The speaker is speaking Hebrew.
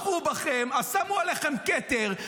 בחרו בכם אז שמו עליכם כתר.